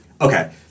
Okay